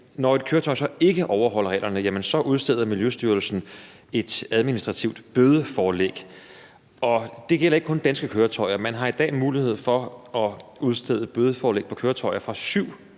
når et køretøj så ikke overholder reglerne, udsteder Miljøstyrelsen et administrativt bødeforelæg, og det gælder ikke kun danske køretøjer. Man har i dag også mulighed for at udstede bødeforelæg på køretøjer fra syv